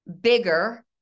bigger